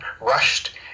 rushed